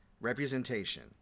representation